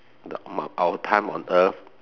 the our time on earth